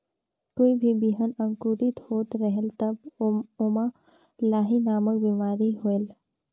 कोई भी बिहान अंकुरित होत रेहेल तब ओमा लाही नामक बिमारी होयल?